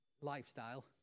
lifestyle